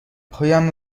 پایم